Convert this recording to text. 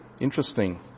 Interesting